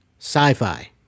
sci-fi